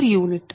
u